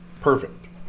Perfect